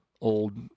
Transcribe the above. old